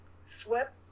swept